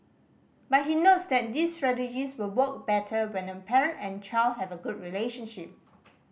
but he notes that these strategies will work better when a parent and child have a good relationship